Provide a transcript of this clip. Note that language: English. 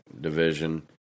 division